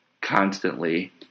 constantly